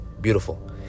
Beautiful